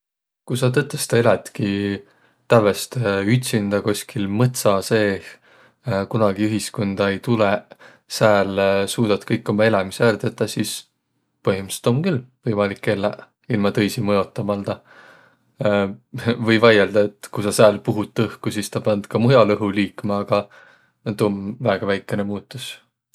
Ku sa tõtõstõ elätki tävveste ütsindä koskil mõtsa seeh, kunagi ühiskunda ei tulõq, sääl suudat kõik uma elämise ärq tetäq, sis põhimõttõlidsõlt om külh võimalik elläq ilma tõisi mõotamaldaq. Või vaiõldaq, et ku sa sääl puhut õhku, sis taa pand ka muial õhu liikma, aga no tuu om väega väikene muutus.